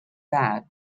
that